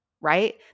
right